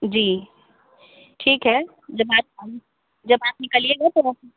जी ठीक है जब आप आ जब आप निकलिएगा तब आप